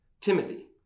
Timothy